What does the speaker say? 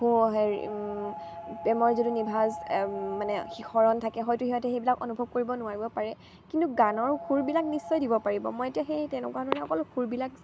হেৰি প্ৰেমৰ যিটো নিভাঁজ মানে শিহৰণ থাকে হয়তো সিহঁতে সেইবিলাক অনুভৱ কৰিব নোৱাৰিব পাৰে কিন্তু গানৰ সুৰবিলাক নিশ্চয় দিব পাৰিব মই এতিয়া সেই তেনেকুৱা ধৰণৰ অকল সুৰবিলাক